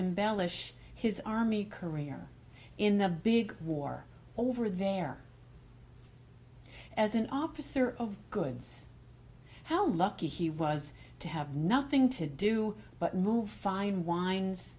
embellish his army career in the big war over there as an officer of goods how lucky he was to have nothing to do but move fine wines